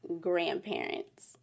grandparents